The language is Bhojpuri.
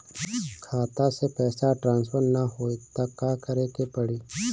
खाता से पैसा ट्रासर्फर न होई त का करे के पड़ी?